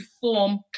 form